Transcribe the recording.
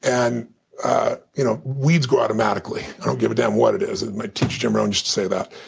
and you know weeds grow automatically. i don't give a damn what it is. and my teacher jim rohn used to say that.